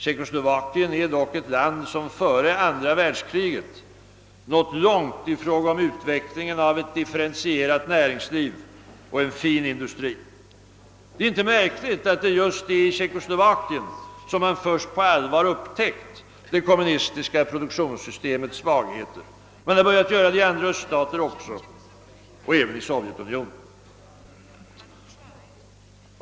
Tjeckoslovakien är dock ett land som före andra världskriget hade nått långt i fråga om utvecklingen av ett differentierat näringsliv och en fin industri. Det är inte märkligt att det är i Tjeckoslovakien som man först på allvar upptäckt det kommunistiska produktionssystemets svagheter. Man har börjat göra det också i andra öststater liksom även i Sovjetunionen.